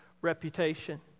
reputation